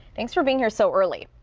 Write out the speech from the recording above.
thanks for being here so early.